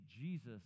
Jesus